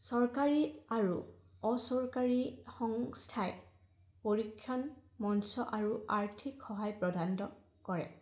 চৰকাৰী আৰু অচৰকাৰী সংস্থাই পৰীক্ষণ মঞ্চ আৰু আৰ্থিক সহায় প্ৰদান কৰে